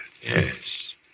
Yes